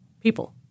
people